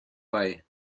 way